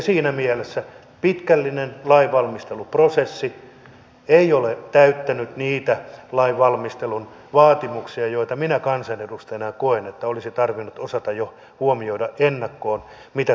siinä mielessä pitkällinen lainvalmisteluprosessi ei ole täyttänyt niitä lainvalmistelun vaatimuksia joita minä kansanedustajana koen että olisi tarvinnut osata jo huomioida ennakkoon mitä tulee tapahtumaan